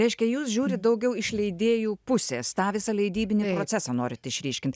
reiškia jus žiūrit daugiau iš leidėjų pusės tą visą leidybinį procesą norit išryškint